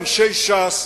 אנשי ש"ס,